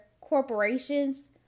corporations